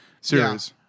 series